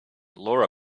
laura